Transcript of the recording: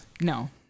No